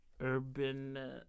urban